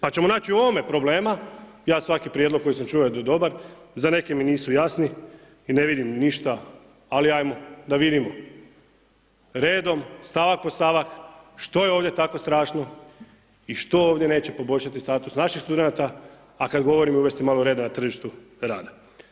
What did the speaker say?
Pa ćemo naći u ovome problema, ja svaki prijedlog koji sam da je dobar, za neki mi nisu jasni i ne vidim ništa, ali hajmo da vidim redom stavak po stavak što je ovdje tako strašno i što ovdje neće poboljšati status naših studenata, a kada govorim uvesti malo reda na tržištu rada.